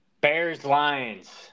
Bears-Lions